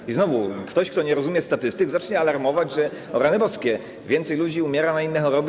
I znowu ktoś, kto nie rozumie statystyk, zacznie alarmować, że o rany boskie, więcej ludzi umiera na inne choroby.